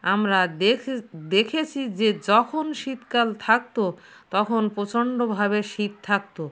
আমরা দেখে দেখেছি যে যখন শীতকাল থাকতো তখন প্রচন্ডভাবে শীত থাকতো